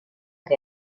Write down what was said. che